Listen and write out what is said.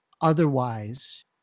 Otherwise